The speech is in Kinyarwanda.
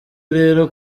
rero